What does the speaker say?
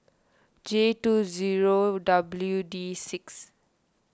J two zero W D six